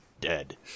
dead